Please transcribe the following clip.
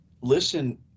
listen